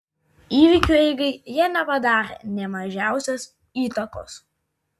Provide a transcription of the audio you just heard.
įvykių eigai jie nepadarė nė mažiausios įtakos